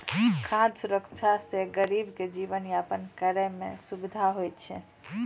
खाद सुरक्षा से गरीब के जीवन यापन करै मे सुविधा होय छै